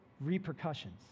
repercussions